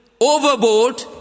overboard